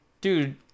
dude